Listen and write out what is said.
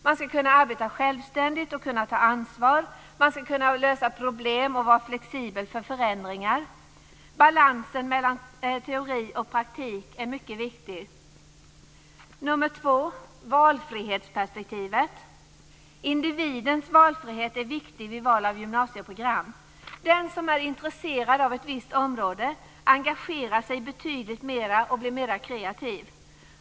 Man ska kunna arbeta självständigt och kunna ta ansvar. Man ska kunna lösa problem och vara flexibel för förändringar. Balansen mellan teori och praktik är mycket viktig. För det andra gäller det valfrihetsperspektivet. Individens valfrihet är viktig vid val av gymnasieprogram. Den som är intresserad av ett visst område engagerar sig betydligt mera och blir mera kreativ.